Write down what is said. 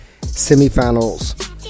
semifinals